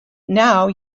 now